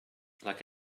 like